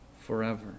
forever